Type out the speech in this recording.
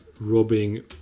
robbing